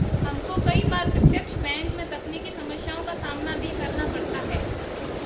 हमको कई बार प्रत्यक्ष बैंक में तकनीकी समस्याओं का सामना भी करना पड़ता है